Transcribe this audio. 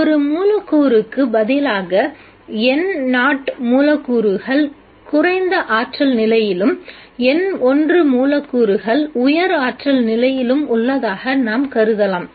ஒரு மூலக்கூறுக்கு பதிலாக N0 மூலக்கூறுகள் குறைந்த ஆற்றல் நிலையிலும் N1 மூலக்கூறுகள் உயர் ஆற்றல் நிலையிலும் உள்ளதாக நாம் கருதலாம்